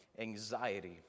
anxiety